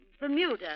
Bermuda